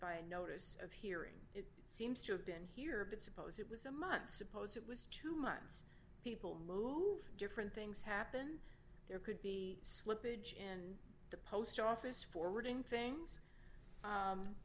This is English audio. a notice of hearing it seems to have been here but suppose it was a month suppose it was two months people move different things happen there could be slippage in the post office forwarding things